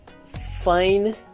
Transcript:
fine